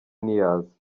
ntiyaza